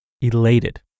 elated